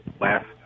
last